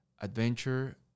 adventure